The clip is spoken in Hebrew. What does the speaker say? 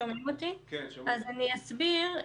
אני אסביר.